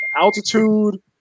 altitude